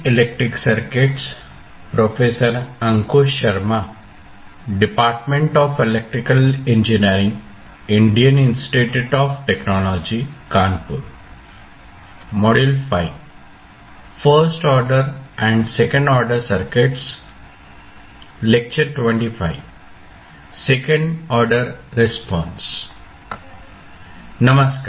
नमस्कार